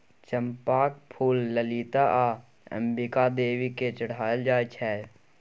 चंपाक फुल ललिता आ अंबिका देवी केँ चढ़ाएल जाइ छै